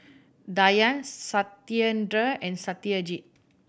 Dhyan Satyendra and Satyajit